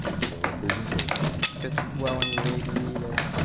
slow presentation. fits well into your a d d. there.